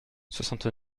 soixante